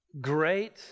great